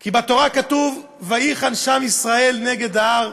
כי בתורה כתוב: "ויחן שם ישראל נגד ההר".